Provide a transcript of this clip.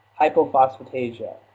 hypophosphatasia